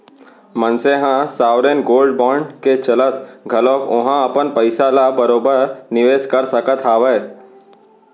मनसे ह sovereign gold bond के चलत घलोक ओहा अपन पइसा ल बरोबर निवेस कर सकत हावय